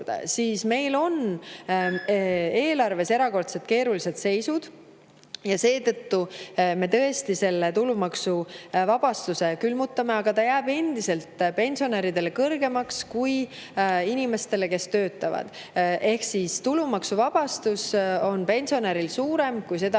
siis meil on eelarves erakordselt keeruline seis. Seetõttu me tõesti selle tulumaksuvabastuse külmutame, aga ta jääb endiselt pensionäridele kõrgemaks kui inimestele, kes töötavad. Tulumaksuvabastus on pensionäril suurem kui